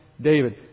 David